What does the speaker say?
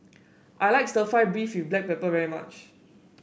I like stir fry beef with Black Pepper very much